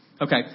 Okay